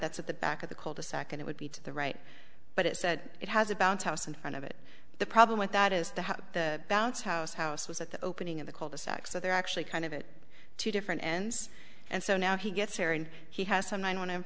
that's at the back of the cul de sac and it would be to the right but it said it has a bounce house in front of it the problem with that is the the bounce house house was at the opening of the cul de sac so they're actually kind of it two different ends and so now he gets there and he has some